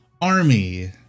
army